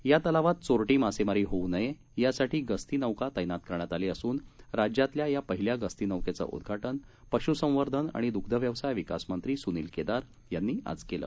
यातलावातचोरटीमासेमारीहोऊनये यासाठीगस्तीनौकातैनातकरण्यातआलीअसून राज्यातल्यायापहिल्यागस्तीनौकेचंउद्घाटनपशुसंवर्धनआणिदुधव्यवसायविकासमंत्रीसूनीलकेदारयांनीआजकेलं